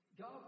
God